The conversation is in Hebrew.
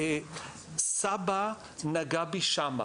"סבא נגע בי שם".